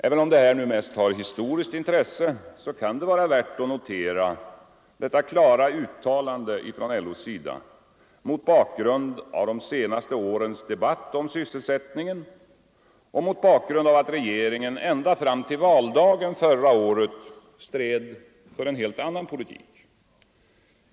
Även om det mest har historiskt intresse, kan det vara värt att notera detta klara uttalande från LO mot bakgrund av de senaste årens debatt om sysselsättningen och mot bakgrund av att regeringen ända fram till valdagen förra året stred för en helt annan politik.